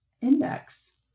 index